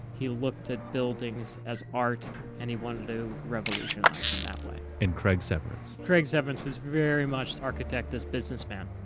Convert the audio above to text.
he looked at buildings as art and he wanted it revolutionized in that way. and craig severance craig severance was very much architect as businessman.